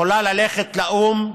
יכולה ללכת לאו"ם.